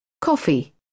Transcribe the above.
coffee